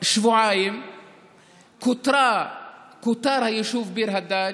שבועיים כותר היישוב ביר הדאג'.